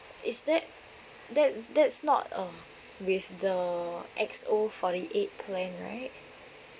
is that that's that's not uh with the X_O forty-eight plan right